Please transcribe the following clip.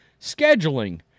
scheduling